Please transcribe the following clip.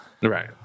Right